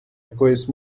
якоїсь